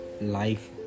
life